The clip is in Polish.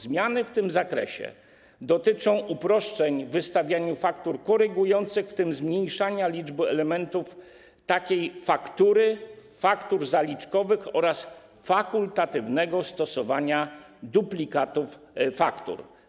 Zmiany w tym zakresie dotyczą uproszczeń w wystawianiu faktur korygujących, w tym zmniejszenia liczby elementów takiej faktury, faktur zaliczkowych oraz fakultatywnego stosowania duplikatów faktur.